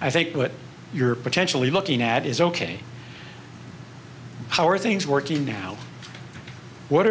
i think what you're potentially looking at is ok how are things working now what are